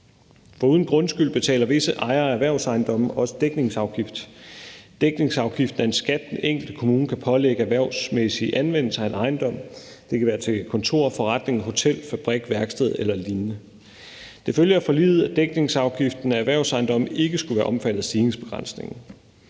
Foruden grundskyld betaler visse ejere af erhvervsejendomme også dækningsafgift. Dækningsafgiften er en skat, den enkelte kommune kan pålægge ejendomme med erhvervsmæssige anvendelser ; det kan være som kontor, forretning, hotel, fabrik, værksted eller lignende. Det følger af forliget, at dækningsafgiften af erhvervsejendomme ikke skulle være omfattet af stigningsbegrænsningen,